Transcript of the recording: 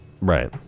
Right